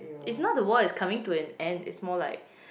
it's not the world is coming to an end it's more like